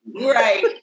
Right